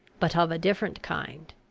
but of a different kind.